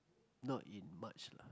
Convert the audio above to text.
not in much lah